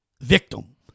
Victim